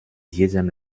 diesem